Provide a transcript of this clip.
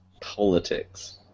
politics